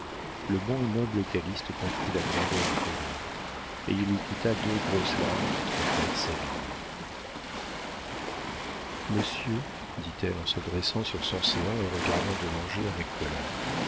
le bon et noble calyste comprit la grandeur du péril et il lui coûta deux grosses larmes qui trompèrent sabine monsieur dit-elle en se dressant sur son séant et regardant dommanget avec colère